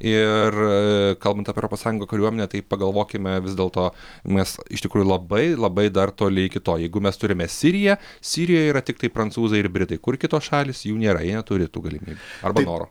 ir kalbant apie europos sąjungo kariuomenę tai pagalvokime vis dėlto nes iš tikrųjų labai labai dar toli iki to jeigu mes turime siriją sirijoj yra tiktai prancūzai ir britai kur kitos šalys jų nėra jie neturi tų galimybių arba noro